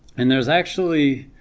and there's actually,